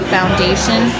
Foundation